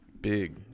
Big